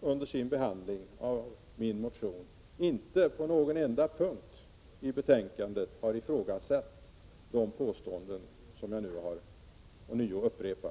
under sin behandling av 89 min motion inte på någon enda punkt i betänkandet har ifrågasatt de påståenden som jag nu har upprepat.